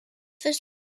his